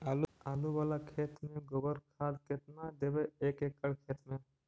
आलु बाला खेत मे गोबर बाला खाद केतना देबै एक एकड़ खेत में?